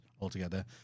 altogether